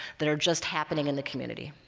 that are just happening in the community.